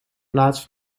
plaats